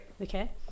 Okay